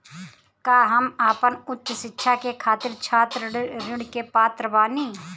का हम आपन उच्च शिक्षा के खातिर छात्र ऋण के पात्र बानी?